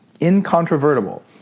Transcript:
incontrovertible